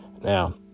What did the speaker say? Now